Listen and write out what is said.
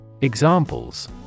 Examples